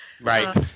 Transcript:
Right